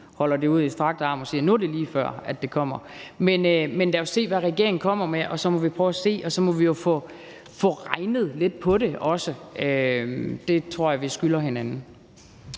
holder det ud i strakt arm og siger, at nu er det, lige før det kommer. Men lad os se, hvad regeringen kommer med, og så må vi prøve at se. Og så må vi jo få regnet lidt på det også. Det tror jeg vi skylder hinanden.